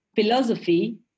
philosophy